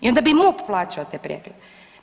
I onda bi MUP plaćao te preglede.